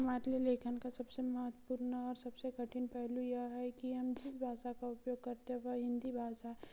हमारे लिए लेखन का सबसे महत्वपूर्ण और सबसे कठिन पहलू यह है कि हम जिस भाषा का उपयोग करते हैं वह हिंदी भाषा